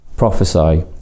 Prophesy